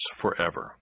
forever